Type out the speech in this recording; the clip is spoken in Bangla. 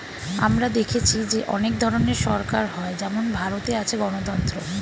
আমরা দেখেছি যে অনেক ধরনের সরকার হয় যেমন ভারতে আছে গণতন্ত্র